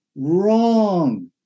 Wrong